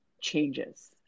changes